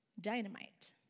dynamite